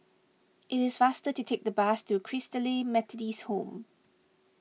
it is faster to take the bus to Christalite Methodist Home